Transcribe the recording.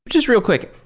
just real quick.